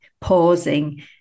pausing